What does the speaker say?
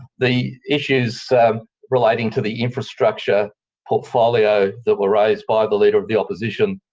the issues relating to the infrastructure portfolio that were raised by the leader of the opposition,